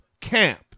camp